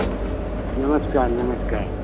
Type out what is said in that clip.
नमस्कार नमस्कार